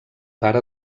pare